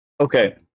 Okay